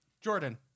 Jordan